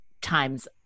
times